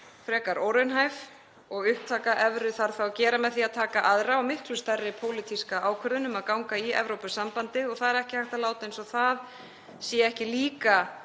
frekar óraunhæf. Upptöku evru þarf þá að gera með því að taka aðra og miklu stærri pólitíska ákvörðun, um að ganga í Evrópusambandið. Það er ekki hægt að láta eins og það sé ekki líka